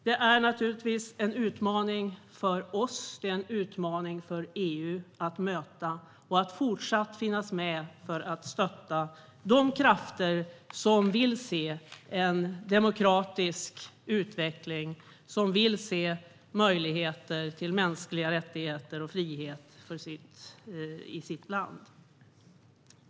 Det är naturligtvis en utmaning för oss och EU att möta det och att fortsatt finnas med för att stötta de krafter som vill se en demokratisk utveckling och möjligheter till mänskliga rättigheter och frihet i sitt land.